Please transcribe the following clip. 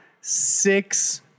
six